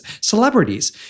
celebrities